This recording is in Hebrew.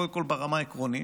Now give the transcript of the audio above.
קודם כול ברמה העקרונית.